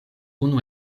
unu